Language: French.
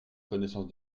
connaissances